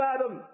Adam